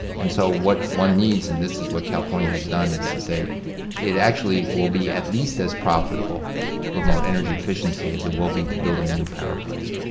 and so what one needs, and this is what california has done, is to say it actually will be at least as profitable to promote energy efficiency as it will be to build a new power plant.